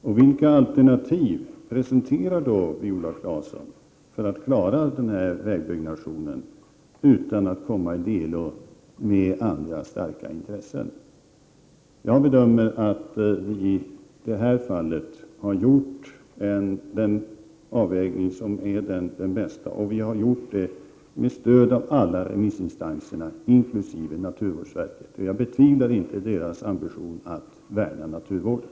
Och vilka alternativ presenterar Viola Claesson för att klara detta vägbygge utan att komma i delo med andra starka intressen? Jag bedömer att viidet här fallet har gjort den avvägning som är den bästa, och vi har gjort det med stöd av alla remissinstanser, inkl. naturvårdsverket. Jag betvivlar inte dess ambition att värna om naturvården.